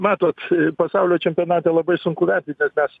matot pasaulio čempionate labai sunku vertyt nes mes